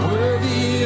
Worthy